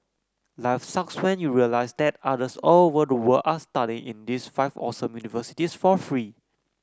life sucks when you realise that others all over the world are studying in these five awesome universities for free